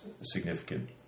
significant